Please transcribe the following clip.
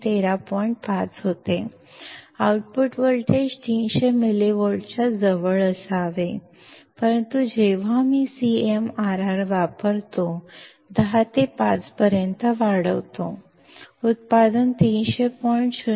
5 होते output voltage 300 मिलिव्होल्टच्या जवळ असावे परंतु जेव्हा मी CMRR वापरतो 10 ते 5 पर्यंत वाढवतो उत्पादन 300